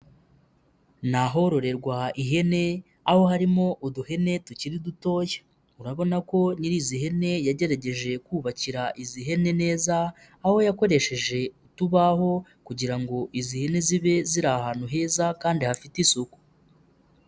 Ni ahororerwa ihene aho harimo uduhene tukiri dutoya, urabona ko nyiri izi hene yagerageje kubakira izi hene neza aho yakoresheje utubaho kugira ngo izi hene zibe ziri ahantu heza kandi hafite isuku.